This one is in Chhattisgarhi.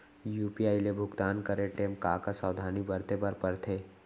यू.पी.आई ले भुगतान करे टेम का का सावधानी बरते बर परथे